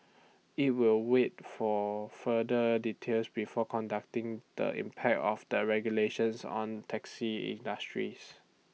IT will wait for further details before conducting the impact of the regulations on taxi industries